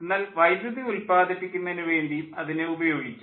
എന്നാൽ വൈദ്യുതി ഉൽപാദിപ്പിക്കുന്നതിനു വേണ്ടിയും അതിനെ ഉപയോഗിക്കാം